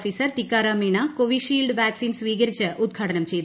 officer Tikaram Meena Covishield vaccine സ്വീകരിച്ച് ഉദ്ഘാടനം ചെയ്തു